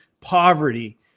poverty